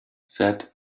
said